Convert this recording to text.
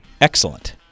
excellent